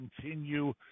continue